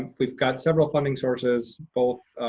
we've got several funding sources both